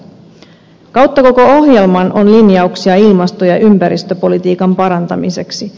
kautta koko ohjelman on linjauksia ilmasto ja ympäristöpolitiikan parantamiseksi